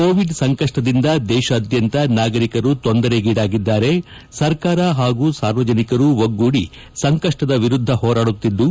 Covid ಸಂಕಷ್ಷದಿಂದ ದೇಶಾದ್ಲಂತ ನಾಗರಿಕರು ತೊಂದರೆಗೀಡಾಗಿದ್ದಾರೆ ಸರ್ಕಾರ ಹಾಗೂ ಸಾರ್ವಜನಿಕರು ಒಗ್ಗೂಡಿ ಸಂಕಷ್ನದ ವಿರುದ್ದ ಹೋರಾಡುತ್ತಿದ್ದು